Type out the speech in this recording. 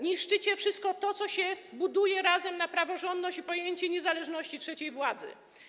Niszczycie wszystko to, co buduje razem praworządność i pojęcie niezależności trzeciej władzy.